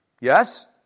Yes